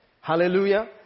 Hallelujah